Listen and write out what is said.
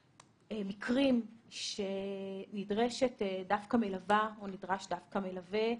מקרים שנדרשת דווקא מלווה אישה או נדרש דווקא מלווה גבר.